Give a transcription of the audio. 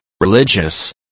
religious